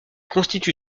constitue